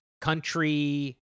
country—